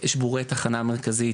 שבורי תחנה מרכזית,